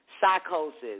psychosis